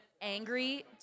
angry